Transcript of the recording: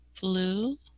blue